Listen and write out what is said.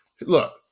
look